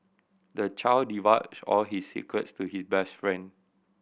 the child divulged all his secrets to his best friend